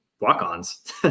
walk-ons